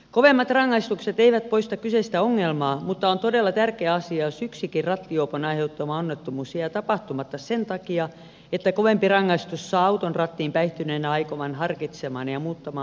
kovemmat rangaistukset eivät poista kyseistä ongelmaa mutta on todella tärkeä asia jos yksikin rattijuopon aiheuttama onnettomuus jää tapahtumatta sen takia että kovempi rangaistus saa auton rattiin päihtyneenä aikovan harkitsemaan ja muuttamaan mielensä